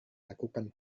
lakukan